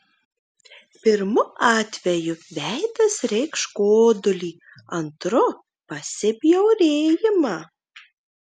pirmu atveju veidas reikš godulį antru pasibjaurėjimą